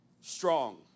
strong